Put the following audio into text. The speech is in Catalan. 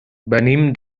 venim